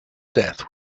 death